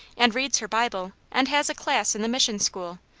and reads her bible, and has a class in the mission-school,